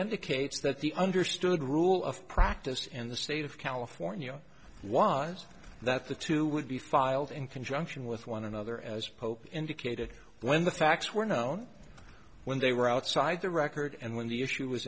indicates that the understood rule of practice in the state of california was that the two would be filed in conjunction with one another as pope indicated when the facts were known when they were outside the record and when the issue